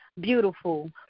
Beautiful